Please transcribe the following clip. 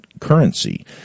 currency